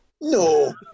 No